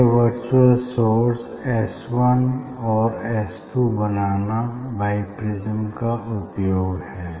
यह virtual source S one और S two बनाना बाईप्रिज्म का उपयोग है